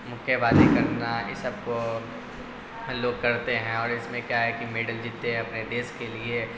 مکے بازی کرنا یہ سب کو لوگ کرتے ہیں اور اس میں کیا ہے کہ میڈل جیتتے ہیں اپنے دیس کے لیے